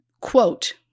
quote